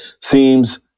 seems